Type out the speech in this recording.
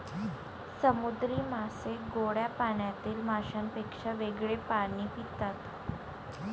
समुद्री मासे गोड्या पाण्यातील माशांपेक्षा वेगळे पाणी पितात